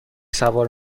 سوار